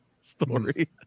story